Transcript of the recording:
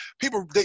people